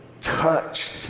touched